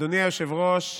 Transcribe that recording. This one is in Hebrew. אדוני היושב-ראש,